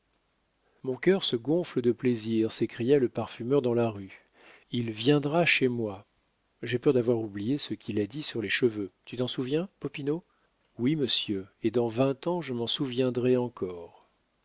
mon cœur se gonfle de plaisir s'écria le parfumeur dans la rue il viendra chez moi j'ai peur d'avoir oublié ce qu'il a dit sur les cheveux tu t'en souviens popinot oui monsieur et dans vingt ans je m'en souviendrais encore